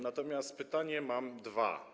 Natomiast pytania mam dwa.